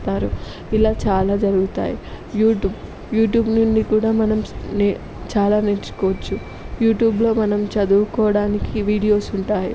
ఇలా చాలా జరుగుతాయి యూట్యూబ్ యూట్యూబ్ నుండి కూడా మనం నే చాలా నేర్చుకోవచ్చు యూట్యూబ్లో మనం చదువుకోవడానికి వీడియోస్ ఉంటాయి